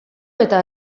eta